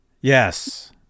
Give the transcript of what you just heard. Yes